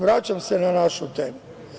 Vraćam se na našu temu.